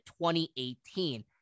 2018